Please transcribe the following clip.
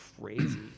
crazy